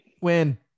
win